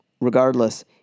regardless